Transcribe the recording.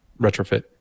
retrofit